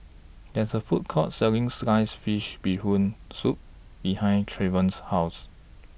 There IS A Food Court Selling Sliced Fish Bee Hoon Soup behind Trevon's House